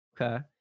okay